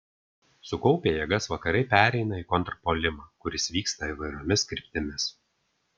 sukaupę jėgas vakarai pereina į kontrpuolimą kuris vyksta įvairiomis kryptimis